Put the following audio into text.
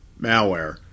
malware